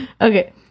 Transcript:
Okay